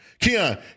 Keon